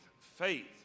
faith